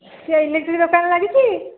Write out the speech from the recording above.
ସେ ଇଲେକ୍ଟ୍ରିକ୍ ଦୋକାନ ଲାଗିଛି